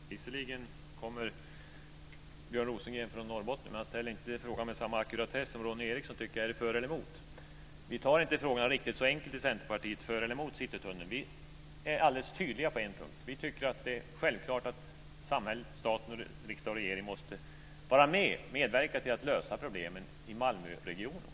Herr talman! Visserligen kommer Björn Rosengren från Norrbotten, men han frågar inte med samma ackuratess som Ronny Eriksson: Är ni för eller emot? Vi tar inte frågorna riktigt så enkelt i Centerpartiet; för eller emot Citytunneln. Vi är alldeles tydliga på en punkt: Vi tycker att det är alldeles självklart att samhälle, stat, riksdag och regering måste medverka till att lösa problemen i Malmöregionen.